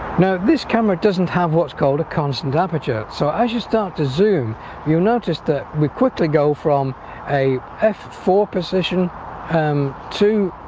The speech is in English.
now this camera doesn't have what's called a constant aperture so as you start to zoom you'll notice that we quickly go from a f four position to